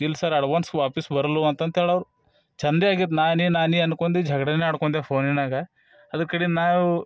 ಇಲ್ಲ sir advance ವಾಪಸ್ ಬರಲ್ವು ಅಂತಂತೇಳವ್ರು ಚಂದ ಆಗಿದೆ ನಾನೇ ನಾನು ಅನ್ಕೊಂಡಿ ಜಗ್ಡಾನೆ ಆಡ್ಕೊಂಡೆವ್ ಫೋನಿನಾಗೆ ಅದರ ಕಡೆಂದ ನಾವು